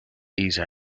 these